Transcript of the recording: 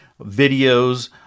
videos